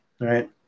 right